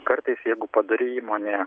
kartais jeigu padori įmonė